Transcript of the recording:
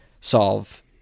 solve